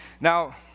Now